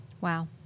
Wow